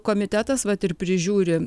komitetas vat ir prižiūri